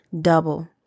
double